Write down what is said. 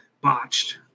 botched